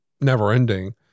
never-ending